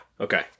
okay